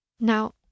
Now